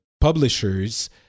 publishers